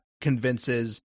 convinces